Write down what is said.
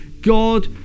God